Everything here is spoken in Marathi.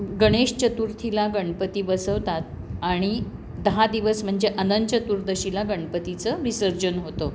गणेश चतुर्थीला गणपती बसवतात आणि दहा दिवस म्हणजे अनंत चतुर्दशीला गणपतीचं विसर्जन होतं